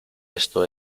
esto